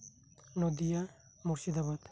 Nadia Murshidabad